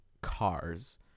cars